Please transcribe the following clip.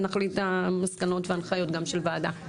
אנחנו נגיד את המסקנות וההנחיות גם של הוועדה.